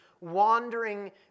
wandering